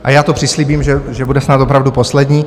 A já to přislíbím, že bude snad opravdu poslední.